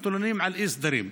מתלוננים על אי-סדרים.